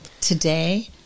Today